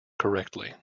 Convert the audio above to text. correctly